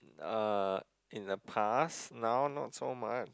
uh in the past now not so much